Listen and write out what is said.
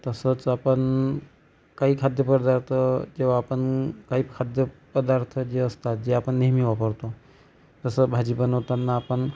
तसंच आपण काही खाद्यपदार्थ केव्हा आपण काही खाद्यपदार्थ जे असतात जे आपण नेहमी वापरतो जसं भाजी बनवताना आपण